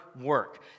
work